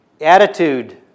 Attitude